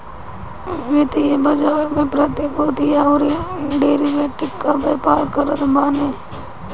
वित्तीय बाजार में प्रतिभूतियों अउरी डेरिवेटिव कअ व्यापार करत बाने